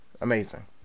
Amazing